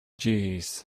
jeez